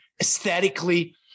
aesthetically